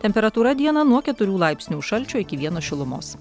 temperatūra dieną nuo keturių laipsnių šalčio iki vieno šilumos